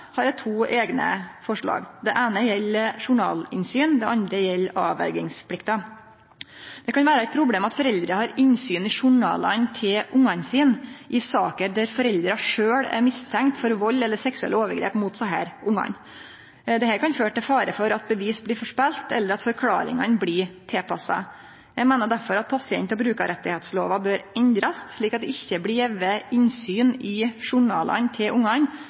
som eg støttar, har eg to eigne forslag. Det eine gjeld journalinnsyn. Det andre gjeld avverjingsplikta. Det kan vere eit problem at foreldre har innsyn i journalane til ungane sine, i saker der foreldra sjølve er mistenkte for vald eller seksuelle overgrep mot desse ungane. Dette kan føre til fare for at bevis blir forspilte, eller at forklaringane blir tilpassa. Eg meiner derfor at pasient- og brukarrettigheitslova bør endrast, slik at det ikkje blir gjeve innsyn i journalane til ungane